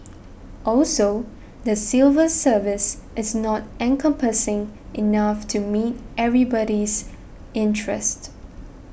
also the civil service is not encompassing enough to meet everybody's interest